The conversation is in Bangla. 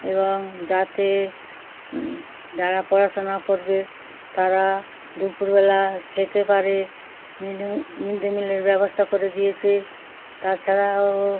এবং যাতে যারা পড়াশোনা করবে তারা দুপুরবেলা খেতে পারে mid day meal mid day মিলের ব্যবস্থা করে দিয়েছে তাছাড়াও